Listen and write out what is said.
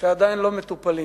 שעדיין לא מטופלים.